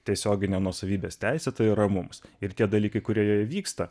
tiesiogine nuosavybės teise tai yra mums ir tie dalykai kurie vyksta